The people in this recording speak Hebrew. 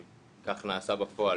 כך נעשה בפועל,